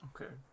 Okay